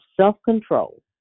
self-control